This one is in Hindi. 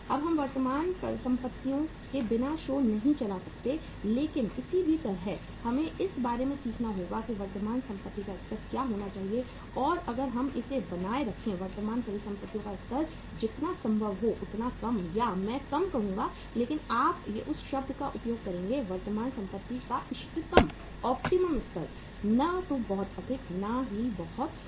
अब हम वर्तमान संपत्तियों के बिना शो नहीं चला सकते हैं लेकिन किसी भी तरह हमें इस बारे में सीखना होगा कि वर्तमान संपत्ति का स्तर क्या होना चाहिए और अगर हम इसे बनाए रखें वर्तमान परिसंपत्तियों का स्तर जितना संभव हो उतना कम या मैं कम कहूंगा लेकिन आप उस शब्द का उपयोग करेंगे वर्तमान संपत्ति का इष्टतम स्तर न तो बहुत अधिक और न ही बहुत कम